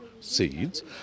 seeds